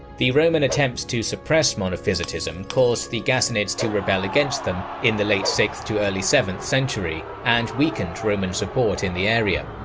the roman attempts to suppress monophysitism caused the ghassanids to rebel against them in the late sixth early seventh century, and weakened roman support in the area.